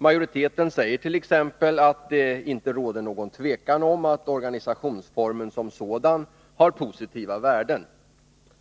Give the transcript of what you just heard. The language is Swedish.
Majoriteten säger t.ex. att det inte råder någon tvekan om att organisationsformen som sådan har positiva värden.